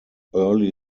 early